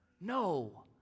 No